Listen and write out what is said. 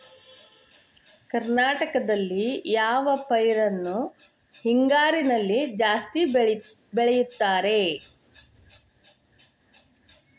ಕರ್ನಾಟಕದಲ್ಲಿ ಯಾವ ಪೈರನ್ನು ಹಿಂಗಾರಿನಲ್ಲಿ ಜಾಸ್ತಿ ಬೆಳೆಯುತ್ತಾರೆ?